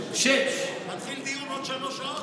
שעה-שעתיים, 18:00. מתחיל דיון של עוד שלוש שעות?